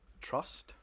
trust